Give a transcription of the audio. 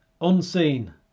unseen